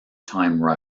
time